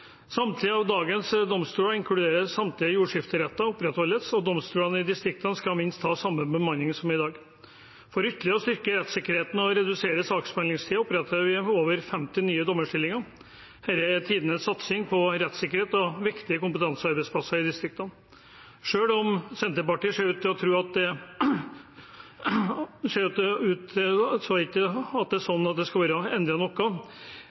Samtlige av dagens domstoler, inkludert samtlige jordskifteretter, opprettholdes, og domstolene i distriktene skal minst ha samme bemanning som i dag. For ytterligere å styrke rettssikkerheten og redusere saksbehandlingstiden oppretter vi over 50 nye dommerstillinger. Dette er tidenes satsing på rettssikkerhet og viktige kompetansearbeidsplasser i distriktene. Selv om Senterpartiet ser ut til å tro det er slik at man ikke skal endre noe,